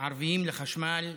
ערביים לחשמל.